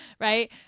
right